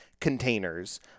containers